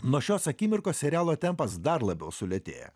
nuo šios akimirkos serialo tempas dar labiau sulėtėja